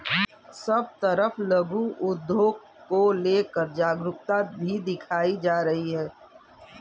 सब तरफ लघु उद्योग को लेकर जागरूकता भी दिखाई जा रही है